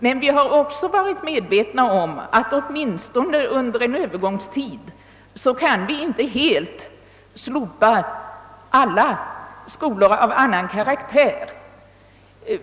Men vi har också varit medvetna om att vi — åtminstone under en övergångstid — inte helt kan slopa alla skolor av annan karaktär.